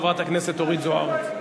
חברת הכנסת אורית זוארץ.